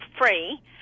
free